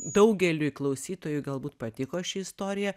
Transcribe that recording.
daugeliui klausytojų galbūt patiko ši istorija